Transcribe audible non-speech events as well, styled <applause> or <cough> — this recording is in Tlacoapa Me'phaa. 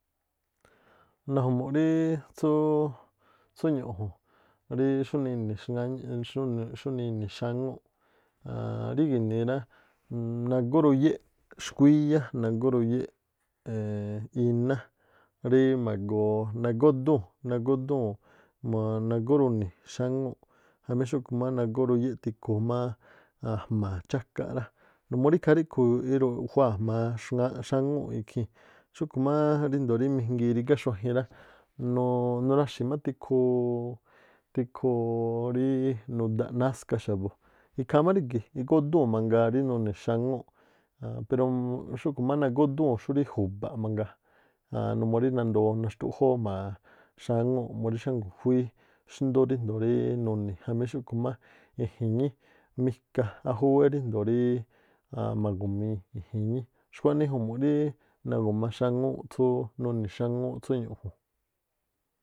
Naju̱mu̱ꞌ rí tsúú tsú ñu̱ju̱n rí xúnii ini̱ xŋáñ xúnii ini̱ xáŋúu̱ꞌ ann- rí ginii rá nagóruyéꞌ xkhuíyá, nagóruyéꞌ <hesitation> iná rí magoo nagodúu̱n <unintelligible> nagóruni̱ xáŋúu̱ꞌ jamí xúꞌkhu̱ má nagóyuyéꞌ tikhuu máá a̱jma̱a̱ chákaꞌ rá, numuu rí ikhaa ríꞌkhu̱ iruꞌjuaa̱ jmaa̱ xŋáá- xáŋúu̱ꞌ- ikhii̱n. Xúꞌkhu̱ máá ríndo̱o rígá mingii xuajin rá, noo-nuu- tikhoo- ríí nudaꞌ náska xa̱bu̱ ikhaa má rígi̱ ikódúu̱n rí nuni̱ xaŋúu̱ꞌ pero <unintelligible> xúꞌkhu̱ má nagódúu̱ xúrí ju̱ba̱ mangaa numuu rí nandoo naxtuꞌjóó jma̱a xáŋúu̱ꞌ murí xángu̱juíí xndú ríndoo̱ rí nuni̱ jamí xúꞌkhu̱ má e̱ji̱nñí, mijka ajúwé ríjndoo ma̱gumii i̱iji̱ñí. Xkua̱ꞌnii ju̱mu̱ꞌ rí nagu̱ma̱ xáŋúúꞌ tsú nuni̱ xáŋúúꞌ tsú ñu̱ꞌju̱nꞌ.